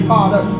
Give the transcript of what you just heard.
Father